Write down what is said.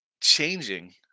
changing